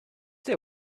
they